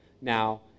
now